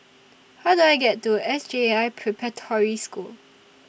How Do I get to S J I Preparatory School